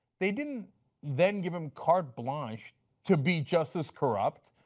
they didn't then give him carte blanche to be just as corrupt.